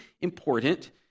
important